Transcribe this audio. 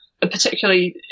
Particularly